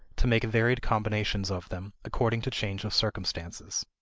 to make varied combinations of them, according to change of circumstances.